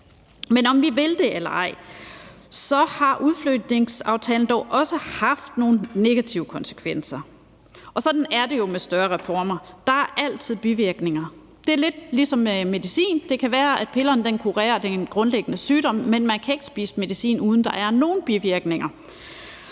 Men om vi vil det eller ej, har udflytningsaftalen dog også haft nogle negative konsekvenser, og sådan er det jo med større reformer. Der er altid bivirkninger. Det er lidt ligesom med medicin; det kan være, at pillerne kurerer den grundlæggende sygdom, men man kan ikke spise medicin, uden at der er nogle bivirkninger.